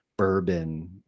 bourbon